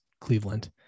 Cleveland